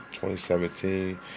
2017